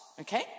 okay